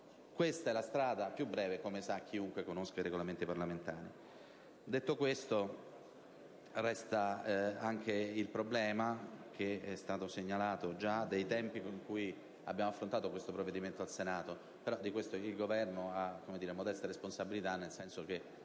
questa è la strada più breve, come sa chiunque conosca i Regolamenti parlamentari. Detto questo, resta anche il problema che è stato segnalato già dai tempi in cui abbiamo affrontato questo provvedimento al Senato, però di questo il Governo ha modeste responsabilità, nel senso che